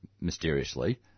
mysteriously